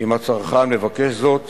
אם הצרכן מבקש זאת